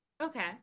okay